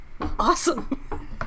Awesome